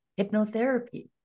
hypnotherapy